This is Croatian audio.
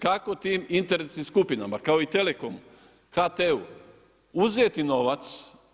Kako tim interesnim skupinama kao i telekomu, HT-u uzeti novac?